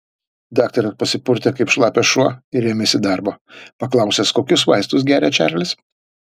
daktaras pasipurtė kaip šlapias šuo ir ėmėsi darbo paklausęs kokius vaistus geria čarlis